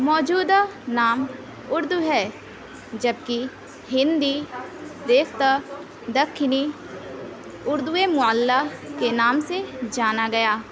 موجودہ نام اُردو ہے جب کہ ہندی ریختہ دکنی اُردوئے معلیٰ کے نام سے جانا گیا